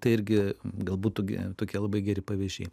tai irgi gal butų tokie labai geri pavyzdžiai